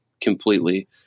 completely